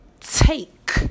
Take